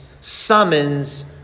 summons